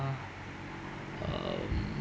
uh um